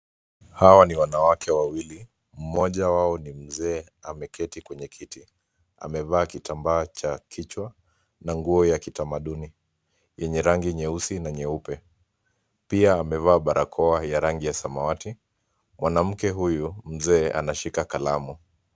Hawa ni wanawake wawili. Mmoja wao ni mzee, ameketi kwenye kiti. Amevaa kitambaa cha kichwa na nguo ya kitamaduni yenye rangi nyeusi na nyeupe. Pia amevaa barakoa ya rangi ya samawati. Mwanamke huyu mzee anashika kalamu.